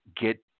get